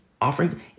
offering